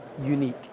unique